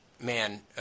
man